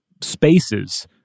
spaces